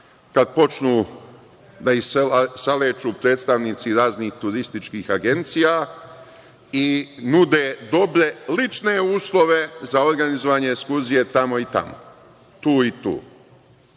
kad počnu da ih saleću predstavnici raznih turističkih agencija i nude dobre lične uslove za organizovanje ekskurzije tamo i tamo, tu i tu.